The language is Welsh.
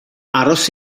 aros